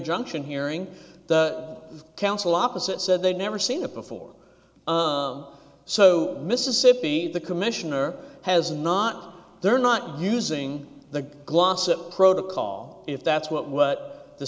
injunction hearing the counsel opposite said they never seen it before so mississippi the commissioner has not they're not using the glossop protocol if that's what what the